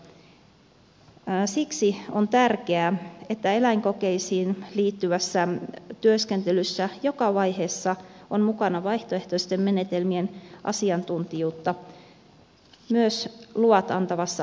siksi on tärkeää että eläinkokeisiin liittyvässä työskentelyssä joka vaiheessa on mukana vaihtoehtoisten menetelmien asiantuntijuutta myös luvat antavassa hankelupalautakunnassa